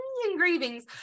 Engravings